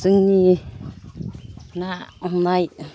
जोंनि ना हमनाय